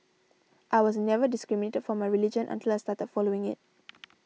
I was never discriminated for my religion until I started following it